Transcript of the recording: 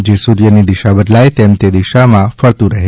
જે સૂર્યની દિશા બદલાય તેમ તે દિશામાં ફરતું રહે